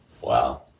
Wow